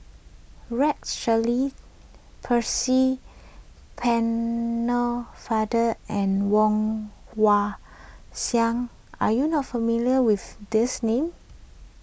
Rex Shelley Percy Pennefather and Woon Wah Siang are you not familiar with these names